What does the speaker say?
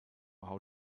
how